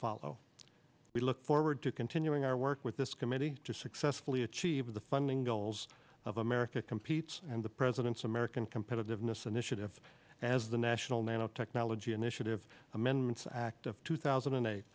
follow we look forward to continuing our work with this committee to successfully achieve the funding goals of america competes and the president's american competitiveness initiative as the national nanotechnology initiative amendments act of two thousand and eight